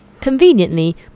Conveniently